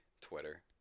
Twitter